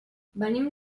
venim